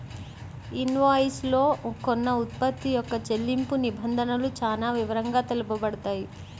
invoice లో కొన్న ఉత్పత్తి యొక్క చెల్లింపు నిబంధనలు చానా వివరంగా తెలుపబడతాయి